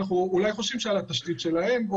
אנחנו אולי חושבים שעל התשתית שלהם.